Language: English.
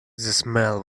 smell